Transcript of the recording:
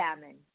salmon